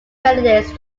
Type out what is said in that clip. candidates